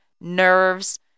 nerves